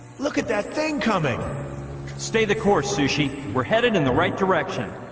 look at that thing coming stay the course sushi we're headed in the right direction